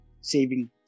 saving